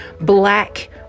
Black